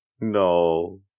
no